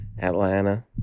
atlanta